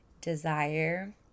desire